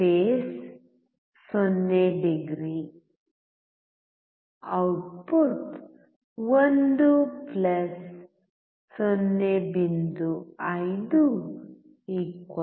face 0 degree output 1 0